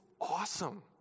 awesome